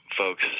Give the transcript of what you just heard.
folks